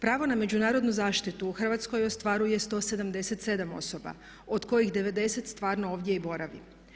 Pravo na međunarodnu zaštitu u Hrvatskoj ostvaruje 177 osoba od kojih 90 stvarno ovdje i boravi.